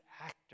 actor